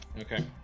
Okay